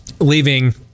leaving